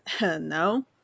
no